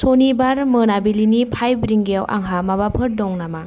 सनिबार मोनाबिलिनि फाइभ रिंगायाव आंहा माबाफोर दं नामा